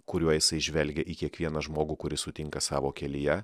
kuriuo jisai žvelgia į kiekvieną žmogų kuris sutinka savo kelyje